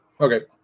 Okay